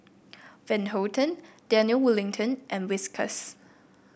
Van Houten Daniel Wellington and Whiskas